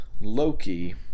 Loki